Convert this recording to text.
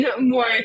more